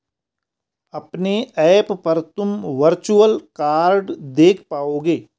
अपने ऐप पर तुम वर्चुअल कार्ड देख पाओगे